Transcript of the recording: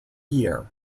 year